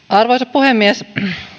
arvoisa puhemies